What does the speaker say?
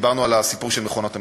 ודיברנו על הסיפור של מכונות המשחק.